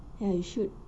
ya you should